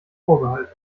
vorbehalt